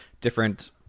different